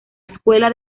escuela